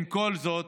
עם כל זאת,